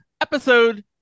Episode